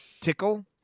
tickle